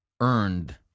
earned